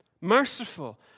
merciful